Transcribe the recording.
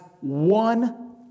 one